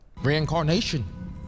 Reincarnation